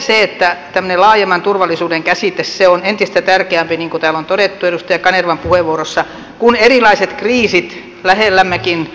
sitten yleensä tämmöinen laajemman turvallisuuden käsite on entistä tärkeämpi niin kuin täällä on todettu edustaja kanervan puheenvuorossa kun erilaiset kriisit lähellämmekin eskaloituvat